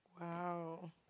Wow